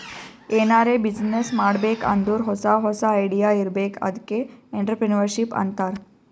ಎನಾರೇ ಬಿಸಿನ್ನೆಸ್ ಮಾಡ್ಬೇಕ್ ಅಂದುರ್ ಹೊಸಾ ಹೊಸಾ ಐಡಿಯಾ ಇರ್ಬೇಕ್ ಅದ್ಕೆ ಎಂಟ್ರರ್ಪ್ರಿನರ್ಶಿಪ್ ಅಂತಾರ್